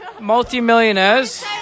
multi-millionaires